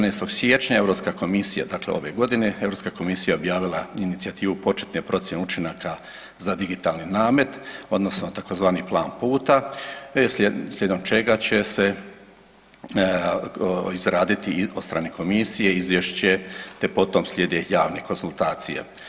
14. siječnja Europska komisija, dakle ove godine Europska komisija objavila inicijativu početne procjene učinaka za digitalni namet odnosno tzv. plan puta slijedom čega će se izraditi od strane komisije izvješće te potom slijede javne konzultacije.